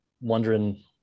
wondering